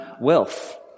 Wealth